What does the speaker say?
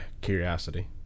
curiosity